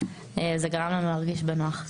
זה גרם לנו להרגיש בנוח.